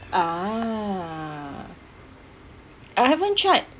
ah I haven't tried